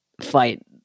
fight